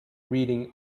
reading